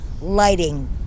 lighting